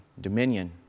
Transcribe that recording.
dominion